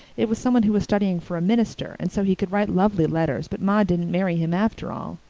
it was someone who was studying for a minister, and so he could write lovely letters, but ma didn't marry him after all.